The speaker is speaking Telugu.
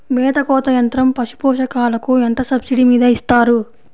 మేత కోత యంత్రం పశుపోషకాలకు ఎంత సబ్సిడీ మీద ఇస్తారు?